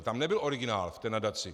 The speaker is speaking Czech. Tam nebyl originál v té nadaci.